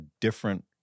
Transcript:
different